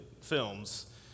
films